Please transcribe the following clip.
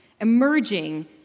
emerging